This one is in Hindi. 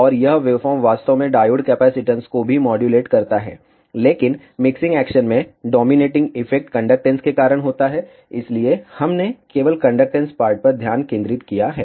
और यह वेवफॉर्म वास्तव में डायोड कैपेसिटेंस को भी माड्यूलेट करता है लेकिन मिक्सिंग एक्शन में डोमिनेटिंग इफेक्ट कंडक्टेन्स के कारण होता है इसलिए हमने केवल कंडक्टेंस पार्ट पर ध्यान केंद्रित किया है